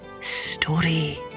Story